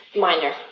Minor